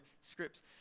scripts